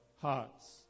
hearts